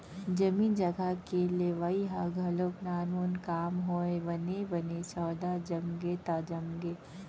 जमीन जघा के लेवई ह घलोक नानमून काम नोहय बने बने सौदा जमगे त जमगे